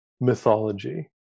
mythology